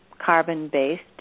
carbon-based